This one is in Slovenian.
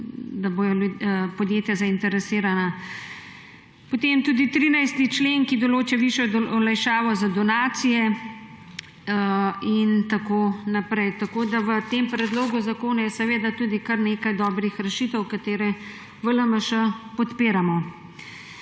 da bodo podjetja zainteresirana. Potem tudi 13. člen, ki določa višjo olajšavo za donacije in tako naprej. Tako da v tem predlogu zakona je seveda tudi kar nekaj dobrih rešitev, ki jih v LMŠ podpiramo.